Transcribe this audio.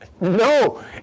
No